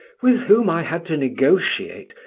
with whom i had to negotiate,